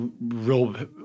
real